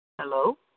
Hello